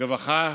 רווחה